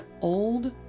old